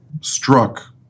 struck